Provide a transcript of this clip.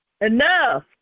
enough